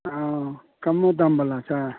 आ ओ कम्मो दाम बला छै